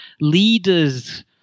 leaders